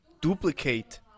duplicate